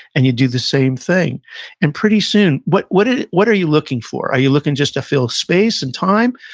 and you do the same thing and pretty soon, what what ah are you looking for? are you looking just to fill space and time?